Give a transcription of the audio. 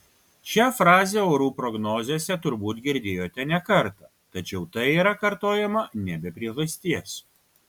šią frazę orų prognozėse turbūt girdėjote ne kartą tačiau tai yra kartojama ne be priežasties